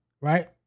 right